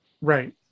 Right